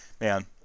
man